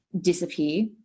disappear